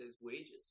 wages